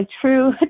true